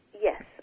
Yes